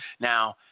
Now